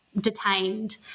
detained